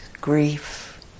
grief